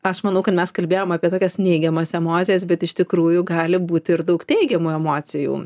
aš manau kad mes kalbėjom apie tokias neigiamas emocijas bet iš tikrųjų gali būti ir daug teigiamų emocijų